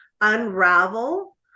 unravel